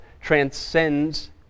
transcends